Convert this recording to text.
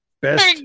Best